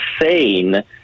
insane